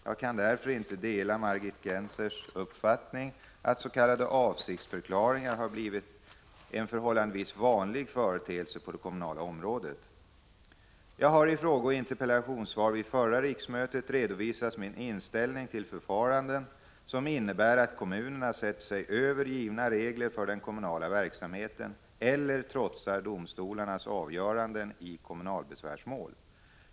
Jag kan därför inte dela Margit Gennsers uppfattning att s.k. avsiktsförklaringar har blivit en förhållandevis vanlig företeelse på det kommunala området. Jag har i frågeoch interpellationssvar vid förra riksmötet redovisat min inställning till förfaranden som innebär att kommunerna sätter sig över givna regler för den kommunala verksamheten eller trotsar domstolarnas avgöranden i kommunalbesvärsmål.